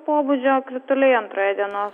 pobūdžio krituliai antroje dienos